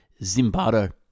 Zimbardo